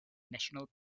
national